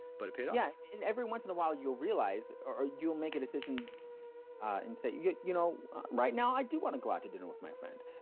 but it paid off yeah and every once in a while you realize or you'll make a decision and say you you know right now i do want to go out to dinner with my friend.